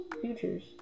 futures